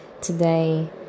today